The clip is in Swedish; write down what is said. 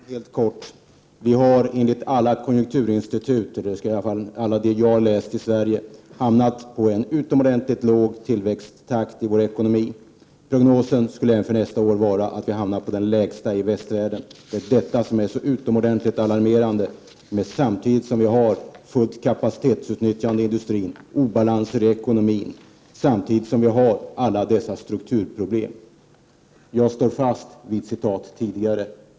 Herr talman! Helt kort: Sverige har enligt alla konjunkturinstitut — i vart fall enligt alla de rapporter som jag har läst — hamnat på en utomordentligt låg tillväxttakt i ekonomin. Prognosen för nästa år är att vi skulle hamna på den lägsta i västvärlden. Detta ser jag som utomordentligt alarmerande, samtidigt som vi har fullt kapacitetsutnyttjande i industrin och obalanser i ekonomin och samtidigt som vi har alla dessa strukturproblem. Jag står fast vid citatet tidigare.